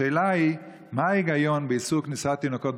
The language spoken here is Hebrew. השאלה היא מה ההיגיון באיסור כניסת תינוקות?